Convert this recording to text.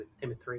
Timothy